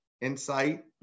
insight